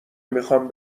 میخوام